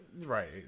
Right